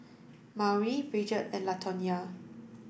Maury Bridgett and Latonya